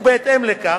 ובהתאם לכך,